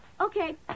Okay